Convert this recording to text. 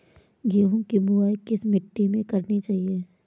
गेहूँ की बुवाई किस मिट्टी में करनी चाहिए?